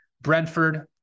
Brentford